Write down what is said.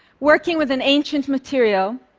working with an ancient material,